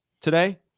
today